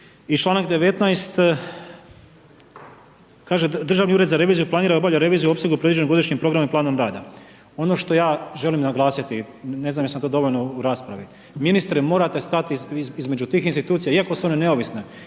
i članak 19. kaže Državni ured za reviziju planira i obavlja reviziju u opsegu predviđenog godišnjim programom i planom rada. Ono što ja želim naglasiti, ne znam jesam to dovoljno u raspravi, ministre, morate stati između tih institucija iako su one neovisne,